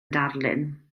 darlun